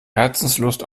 herzenslust